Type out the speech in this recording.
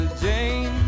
Jane